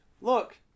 Look